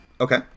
Okay